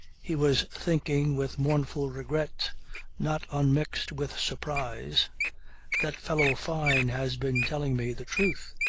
he was thinking with mournful regret not unmixed with surprise that fellow fyne has been telling me the truth.